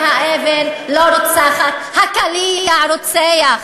והאבן לא רוצחת, הקליע רוצח,